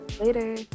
Later